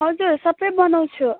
हजुर सबै बनाउँछु